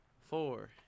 Four